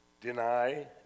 deny